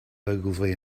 ogilvy